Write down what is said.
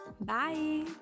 bye